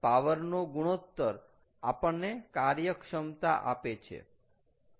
power નો ગુણોત્તર આપણને કાર્યક્ષમતા આપે છે